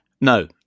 No